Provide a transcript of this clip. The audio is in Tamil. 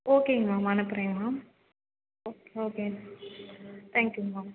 ஓகேங்க மேம் அனுப்புகிறேங்க மேம் ஓகே ஓகே தேங்க்யூங்க மேம்